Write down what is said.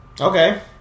Okay